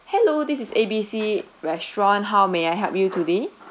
hello this is A B C restaurant how may I help you today